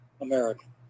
American